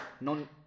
non